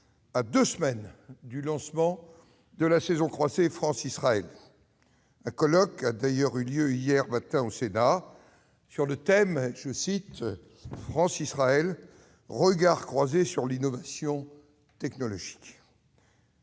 à deux semaines du lancement de la saison croisée France-Israël. Un colloque a d'ailleurs eu lieu hier matin au Sénat sur le thème :« France-Israël : regards croisés sur l'innovation technologique »,